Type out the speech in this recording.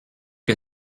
que